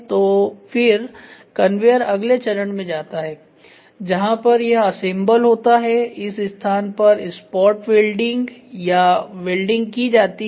तो फिर कन्वेयर अगले चरण में जाता रहता हैजहां पर यह असेंबल होता है इस स्थान पर स्पॉट वेल्डिंग या वेल्डिंग की जाती है